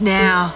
now